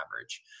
average